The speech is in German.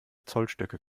zollstöcke